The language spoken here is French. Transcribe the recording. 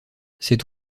cet